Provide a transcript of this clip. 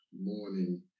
morning